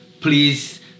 please